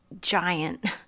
giant